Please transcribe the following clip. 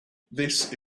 this